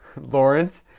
Lawrence